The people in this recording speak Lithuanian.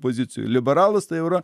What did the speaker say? pozicijoj liberalas tai jau yra